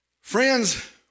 Friends